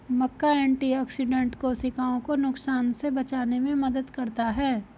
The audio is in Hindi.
मक्का एंटीऑक्सिडेंट कोशिकाओं को नुकसान से बचाने में मदद करता है